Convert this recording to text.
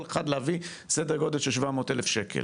משרד הקליטה להביא סדר גודל של 700 אלף שקל.